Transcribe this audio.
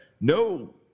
no